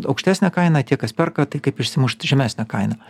aukštesnę kainą tie kas perka tai kaip išsimušt žemesnę kainą